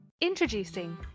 Introducing